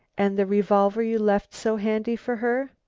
and the revolver you left so handy for her?